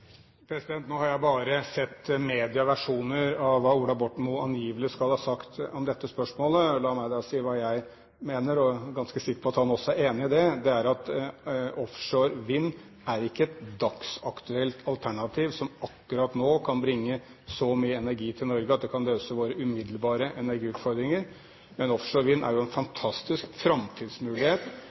Nå har jeg bare sett medias versjoner av hva Ola Borten Moe angivelig skal ha sagt om dette spørsmålet. La meg da si hva jeg mener, og jeg er ganske sikker på at han også er enig i det. Det er at offshore vind ikke er et dagsaktuelt alternativ som akkurat nå kan bringe så mye energi til Norge at det kan løse våre umiddelbare energiutfordringer, men offshore vind er jo en fantastisk framtidsmulighet.